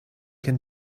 can